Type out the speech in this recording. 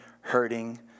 hurting